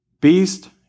Beast